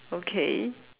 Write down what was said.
okay